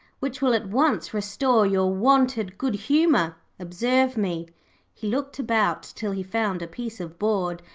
which will at once restore your wonted good-humour. observe me he looked about till he found a piece of board,